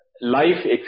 life